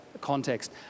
context